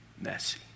messy